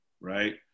right